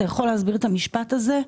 סליחה, אתה יכול להסביר את המשפט הזה?